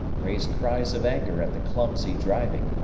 raised cries of anger at the clumsy driving,